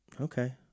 Okay